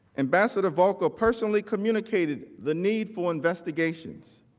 ambassador boelter personally communicated the need for investigations.